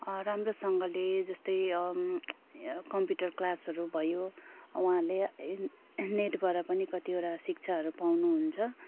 राम्रोसँगले जस्तै कम्प्युटर क्लासहरू भयो वहाँहरूले नेटबाट पनि कतिवटा शिक्षाहरू पाउनु हुन्छ